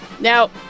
Now